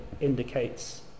indicates